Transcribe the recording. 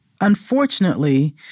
Unfortunately